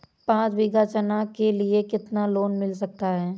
पाँच बीघा चना के लिए कितना लोन मिल सकता है?